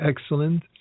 excellent